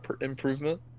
improvement